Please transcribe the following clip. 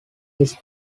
his